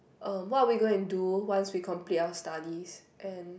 uh what are we going to do once we complete our studies and